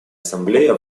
ассамблея